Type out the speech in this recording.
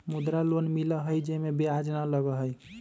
मुद्रा लोन मिलहई जे में ब्याज न लगहई?